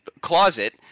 closet